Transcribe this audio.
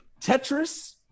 tetris